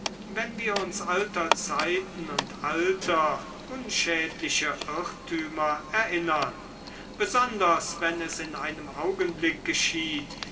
wenn wir uns alter zeiten und alter unschädlicher irrtümer erinnern besonders wenn es in einem augenblicke geschieht